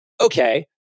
Okay